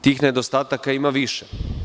Tih nedostataka ima više.